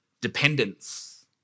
dependence